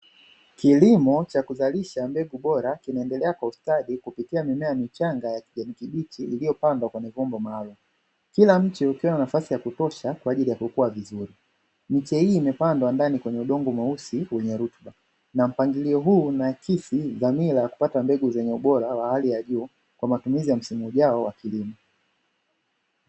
Kilimo cha kuzalisha mbegu bora kinaendelea kwa ustadi kupitia mimea michanga ya kijani kibichi iliyopandwa kwenye vyombo maalumu. Kila mche ukiwa na nafasi ya kutosha kwa ajili ya kukua vizuri. Miche hii imepandwa ndani kwenye udongo mweusi na wenye rutuba na mpangilio huu una akisi dhamira ya kupata mbegu zenye ubora wa hali ya juu kwa matumizi ya msimu ujao wa kilimo.